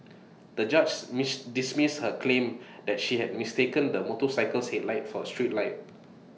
the judge's miss dismissed her claim that she had mistaken the motorcycle's headlight for A street light